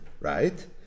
right